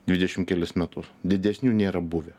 dvidešim kelis metus didesnių nėra buvę